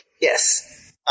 Yes